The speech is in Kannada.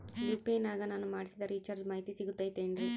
ಯು.ಪಿ.ಐ ನಾಗ ನಾನು ಮಾಡಿಸಿದ ರಿಚಾರ್ಜ್ ಮಾಹಿತಿ ಸಿಗುತೈತೇನ್ರಿ?